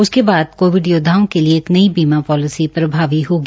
उसके बाद कोविड योदधाओं के लिए एक नई बीमा शालिसी प्रभावी होगी